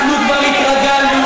אתה לא מייצג את האמת.